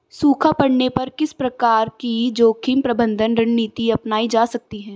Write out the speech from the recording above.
सूखा पड़ने पर किस प्रकार की जोखिम प्रबंधन रणनीति अपनाई जा सकती है?